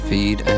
Feed